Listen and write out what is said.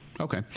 Okay